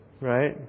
Right